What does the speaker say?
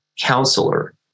counselor